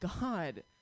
God